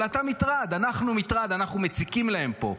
אתה מטרד, אנחנו מטרד, אנחנו מציקים להם פה.